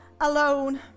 alone